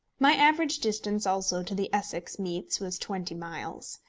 my average distance also to the essex meets was twenty miles.